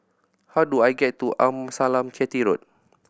how do I get to Amasalam Chetty Road